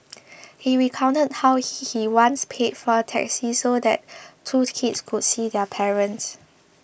he recounted how he he once paid for a taxi so that two kids could see their parents